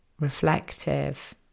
reflective